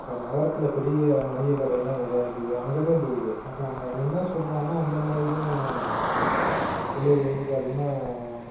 இப்போ நகரத்தில் பெரிய வணிகக்கடையெலாம் நிறையா இருக்குது அங்கே தான் போகுது அப்போ அங்கே அவன் என்ன சொல்கிறான்னா அந்த மாதிரி தான் விலை வந்து பார்த்திங்கனா